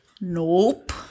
Nope